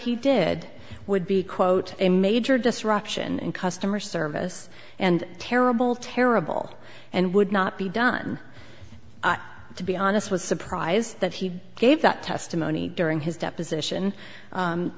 he did would be quote a major disruption in customer service and terrible terrible and would not be done to be honest with surprise that he gave that testimony during his deposition